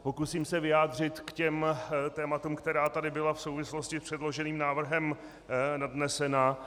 Pokusím se vyjádřit k těm tématům, která tady byla v souvislosti s předloženým návrhem nadnesena.